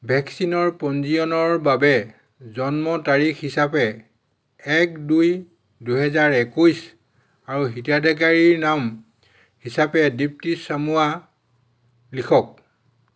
ভেকচিনৰ পঞ্জীয়নৰ বাবে জন্ম তাৰিখ হিচাপে এক দুই দুহেজাৰ একৈছ আৰু হিতাধিকাৰীৰ নাম হিচাপে দীপ্তি চামুৱা লিখক